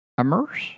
immerse